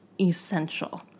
essential